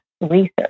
research